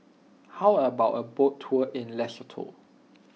how about a boat tour in Lesotho